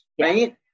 right